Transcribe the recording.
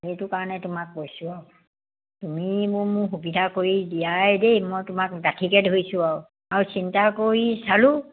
সেইটো কাৰণে তোমাক কৈছোঁ আৰু তুমি মোৰ মোক সুবিধা কৰি দিয়াই দেই মই তোমাক ডাঠিকে ধৰিছোঁ আৰু আৰু চিন্তা কৰি চালোঁ